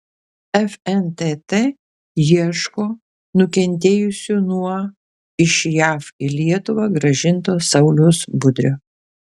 fntt ieško nukentėjusių nuo iš jav į lietuvą grąžinto sauliaus budrio